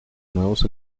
nuevos